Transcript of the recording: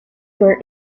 were